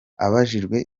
abajijwe